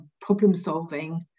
problem-solving